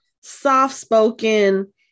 soft-spoken